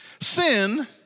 Sin